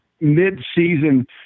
mid-season